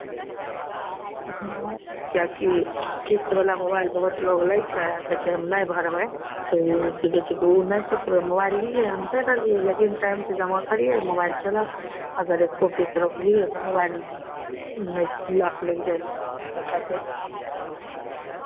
हँ किएकि किश्तवला मोबाइल बहुत लोक लै छै आ कहै छै हम नहि भरबै तऽ की कहै छै ओ नहि सोचबै मोबाइल लिअ हम दऽ देलियै लेकिन टाइमसँ जमा करियै मोबाइल चलत अगर एक्को किश्त रोकलियै तऽ मोबाइलमे लॉक लागि जायत